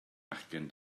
fachgen